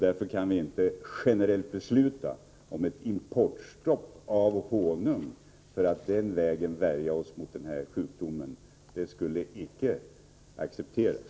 Därför kan vi inte generellt besluta om ett importstopp av honung för att den vägen värja oss mot den här sjukdomen. Det skulle icke accepteras.